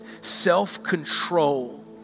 self-control